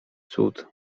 cud